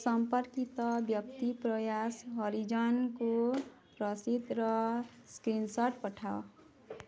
ସମ୍ପର୍କିତ ବ୍ୟକ୍ତି ପ୍ରୟାସ ହରିଜନଙ୍କୁ ରସିଦର ସ୍କ୍ରିନଶଟ୍ ପଠାଅ